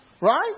Right